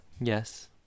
Yes